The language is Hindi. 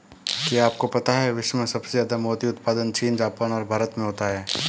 क्या आपको पता है विश्व में सबसे ज्यादा मोती उत्पादन चीन, जापान और भारत में होता है?